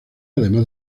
además